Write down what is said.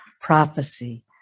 prophecy